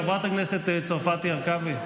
חברת הכנסת צרפתי הרכבי,